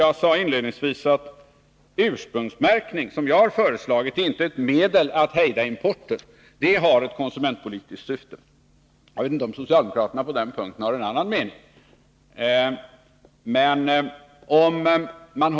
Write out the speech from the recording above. Jag sade inledningsvis att ursprungsmärkning, som jag har föreslagit, inte är ett medel att hejda importen, utan den har ett konsumentpolitiskt syfte. Jag vet inte om socialdemokraterna har en annan mening på den punkten.